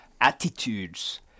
attitudes